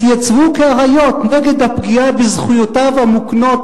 התייצבו כאריות נגד הפגיעה בזכויותיו המוקנות